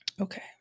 Okay